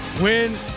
win